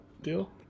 deal